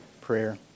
prayer